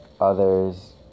others